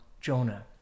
Jonah